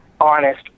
honest